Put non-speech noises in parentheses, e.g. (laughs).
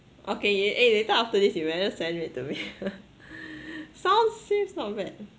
okay eh eh later after this you better send it to me (laughs) sounds seems not bad